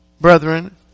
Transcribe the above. brethren